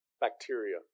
bacteria